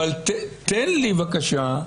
אבל תן לי בבקשה,